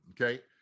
okay